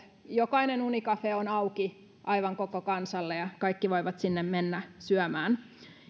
jokainen unicafe on auki aivan koko kansalle ja kaikki voivat sinne mennä syömään